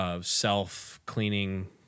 self-cleaning